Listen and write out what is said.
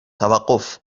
توقف